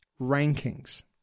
rankings